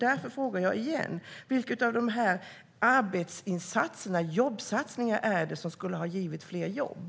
Därför frågar jag igen: Vilka av dessa jobbsatsningar är det som skulle ha gett fler jobb?